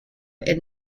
and